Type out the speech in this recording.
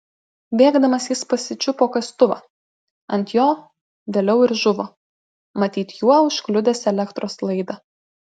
bėgdamas jis pasičiupo kastuvą ant jo vėliau ir žuvo matyt juo užkliudęs elektros laidą